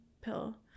pill